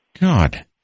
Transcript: God